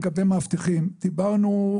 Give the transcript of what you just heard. לגבי מאבטחים דיברנו,